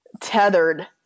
tethered